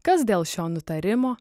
kas dėl šio nutarimo